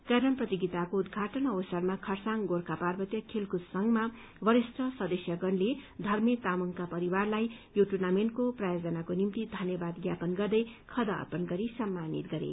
carrom प्रतियोगिताको उद्घाटन अवसरमा खरसाङ गोर्खा पार्वतीय खेलकूद संघमा वरिष्ठ सदस्यगणले धर्मे तामाङका परिवारलाई यो टुर्नमिन्टको प्रयोजनाको निम्ति धन्यवाद ज्ञापन गर्दै खदा अर्पण गरी सम्मानित गरे